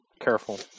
careful